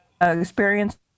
experience